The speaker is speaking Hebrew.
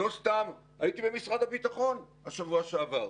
לא סתם הייתי במשרד הביטחון בשבוע שעבר,